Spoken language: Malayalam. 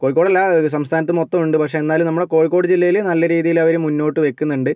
കോഴിക്കോടല്ല സംസ്ഥാനത്ത് മൊത്തം ഉണ്ട് പക്ഷേ എന്നാലും നമ്മുടെ കോഴിക്കോട് ജില്ലയിൽ നല്ല രീതിയിൽ അവർ മുന്നോട്ടു വയ്ക്കുന്നുണ്ട്